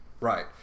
Right